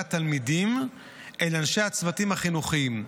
התלמידים אל אנשי הצוותים החינוכיים,